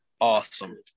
awesome